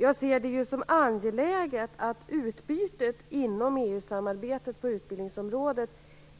Jag ser det som angeläget att utbytet inom EU-samarbetet på utbildningsområdet